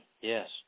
Yes